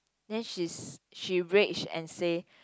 then she's she rage and say